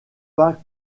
pas